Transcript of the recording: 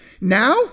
Now